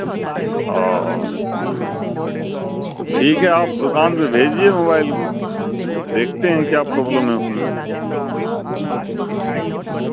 تو ٹھیک ہے آپ دکان پہ بھیجیے موبائل کو دیکھتے ہیں کیا پرابلم ہے اس میں